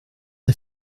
est